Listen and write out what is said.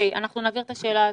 אנחנו נעביר את השאלה הזו.